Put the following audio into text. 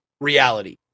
reality